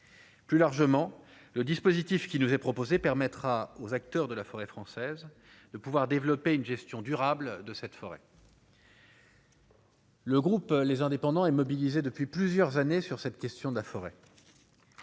plus largement le dispositif qui nous est proposée permettra aux acteurs de la forêt française de pouvoir développer une gestion durable de cette forêt. Le groupe, les indépendants et mobilisés depuis plusieurs années sur cette question de la forêt,